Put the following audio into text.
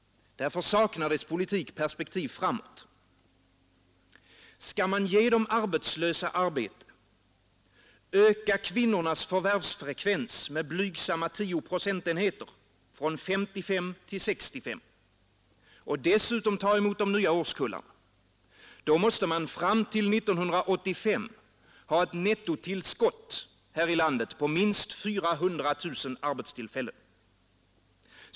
Därför saknar dess politik perspektiv framåt. Skall man ge de arbetslösa arbete, öka kvinnornas förvärvsfrekvens med blygsamma 10 procentenheter från 55 till 65, och dessutom ta emot de nya årskullarna — då måste man fram till 1985 ha ett nettotillskott här i landet på minst 400 000 arbetstillfällen.